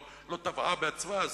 לא טבעה בעצמה,